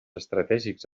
estratègics